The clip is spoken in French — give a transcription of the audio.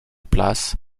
place